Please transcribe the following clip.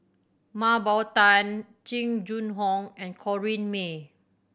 Mah Bow Tan Jing Jun Hong and Corrinne May